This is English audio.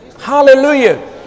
hallelujah